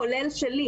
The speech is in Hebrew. כולל שלי.